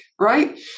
right